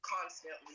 constantly